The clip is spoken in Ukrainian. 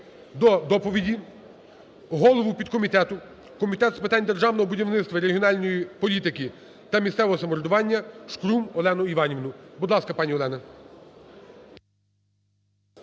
до доповіді голову підкомітету Комітету з питань державного будівництва, регіональної політики та місцевого самоврядування Шкрум Альону Іванівна. Будь ласка, пані Альона.